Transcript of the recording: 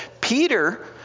Peter